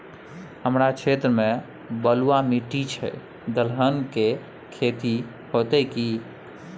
हमर क्षेत्र में बलुआ माटी छै, दलहन के खेती होतै कि?